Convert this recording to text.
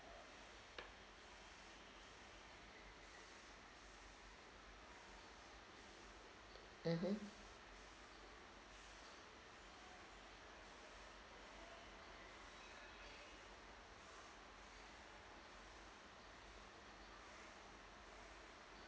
mmhmm